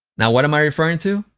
now, what am i referring to?